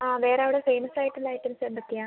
ആ വേറെ അവിടെ ഫേമസ് ആയിട്ടുള്ള ഐറ്റംസ് എന്തൊക്കെയാ